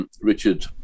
Richard